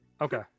Okay